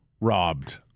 robbed